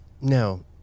no